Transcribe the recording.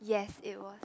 yes it was